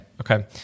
okay